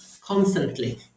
constantly